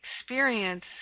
experience